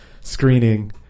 screening